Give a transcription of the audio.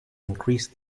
increased